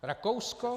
Rakousko?